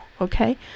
Okay